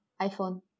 iPhone